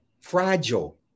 fragile